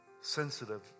sensitive